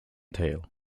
tail